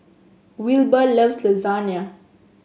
Wilber loves Lasagne